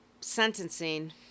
sentencing